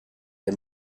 and